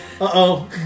Uh-oh